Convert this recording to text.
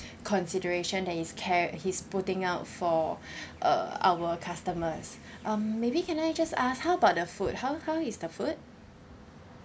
consideration that his care he's putting out for uh our customers um maybe can I just ask how about the food how how is the food